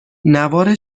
نوار